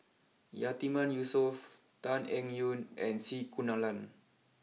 Yatiman Yusof Tan Eng Yoon and C Kunalan